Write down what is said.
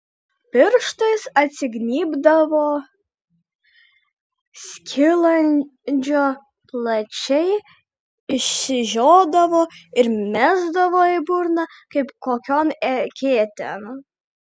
pirštais atsignybdavo skilandžio plačiai išsižiodavo ir mesdavo į burną kaip kokion eketėn